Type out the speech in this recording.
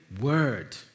word